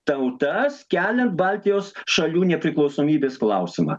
tautas keliant baltijos šalių nepriklausomybės klausimą